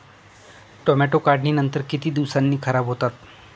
Tomato काढणीनंतर किती दिवसांनी खराब होतात?